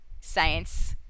science-